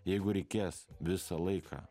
jeigu reikės visą laiką